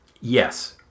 Yes